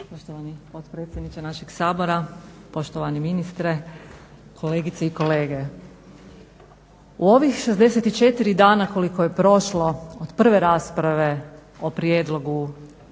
Poštovani potpredsjedniče našeg Sabora, poštovani ministre, kolegice i kolege. U ovih 64 dana, koliko je prošlo do prve rasprave o prijedlogu